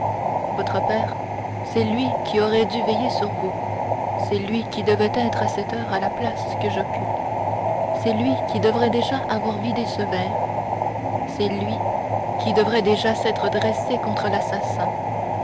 votre père c'est lui qui aurait dû veiller sur vous c'est lui qui devrait être à cette heure à la place que j'occupe c'est lui qui devrait déjà avoir vidé ce verre c'est lui qui devrait déjà s'être dressé contre l'assassin